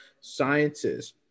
sciences